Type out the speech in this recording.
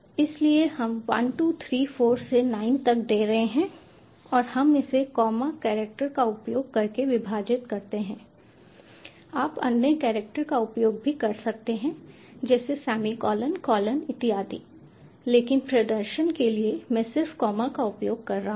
इसलिए हम 1 2 3 4 से 9 तक दे रहे हैं और हम इसे कॉमा कैरेक्टर का उपयोग करके विभाजित करते हैं आप अन्य कैरेक्टर का उपयोग भी कर सकते हैं जैसे सेमी कॉलन कॉलन इत्यादि लेकिन प्रदर्शन के लिए मैं सिर्फ कॉमा का उपयोग कर रहा हूं